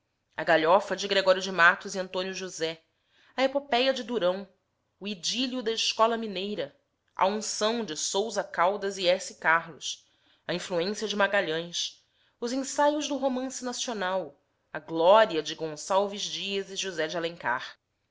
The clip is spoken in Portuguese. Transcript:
a galhofa de gregório de matos e antônio josé a epopéia de durão o idílio da escola mineira a unção de sousa caldas e s carlos a influência de magalhães os ensaios do romance nacional a glória de gonçalves dias e josé de alencar